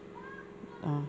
ah